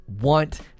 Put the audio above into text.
want